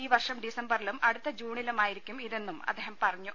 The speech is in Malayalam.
ഈ വർഷം ഡിസംബറിലും അടുത്ത ജൂണിലും ആയിരിക്കും ഇതെന്നും അദ്ദേഹം പറഞ്ഞു